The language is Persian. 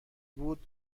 بود